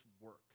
work